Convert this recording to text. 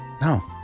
No